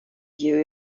you